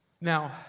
Now